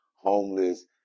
homeless